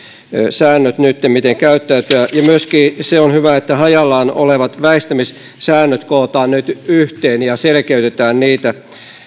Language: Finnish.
säännöt miten käyttäytyä myöskin se on hyvä että hajallaan olevat väistämissäännöt kootaan nyt yhteen ja selkeytetään niitä